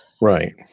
right